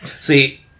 See